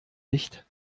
nicht